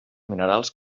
minerals